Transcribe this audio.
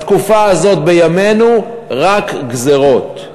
בתקופה הזאת, בימינו, רק גזירות.